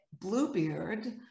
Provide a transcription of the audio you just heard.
Bluebeard